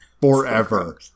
forever